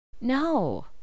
No